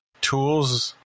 tools